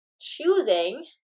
choosing